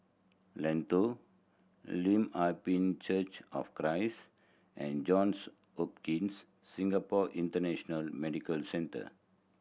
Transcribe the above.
Lentor Lim Ah Pin Church of Christ and Johns Hopkins Singapore International Medical Centre